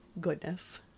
goodness